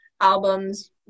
albums